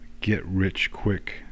get-rich-quick